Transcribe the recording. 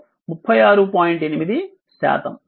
8 శాతం